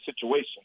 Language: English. situation